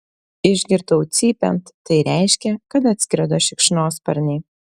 išgirdau cypiant tai reiškė kad atskrido šikšnosparniai